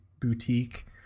boutique